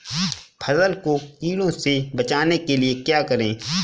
फसल को कीड़ों से बचाने के लिए क्या करें?